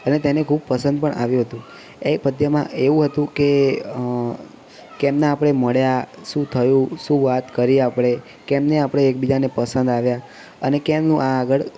અને તેને ખૂબ પસંદ પણ આવ્યું હતું એ પદ્યમાં એવું હતું કે કેમના આપણે મળ્યાં શું થયું શું વાત કરી આપણે કેમની આપણે એકબીજાને પસંદ આવ્યા અને કેમનું આગળ